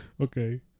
Okay